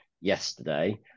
yesterday